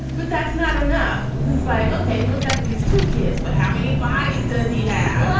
but that's not enough. looks like. okay. he looked after these two kids but how many bodies does he have